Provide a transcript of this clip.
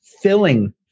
filling